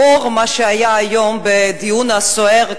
לאור מה שהיה היום בדיון הסוער,